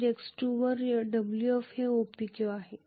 तर x2 वर Wf हे OPQ आहे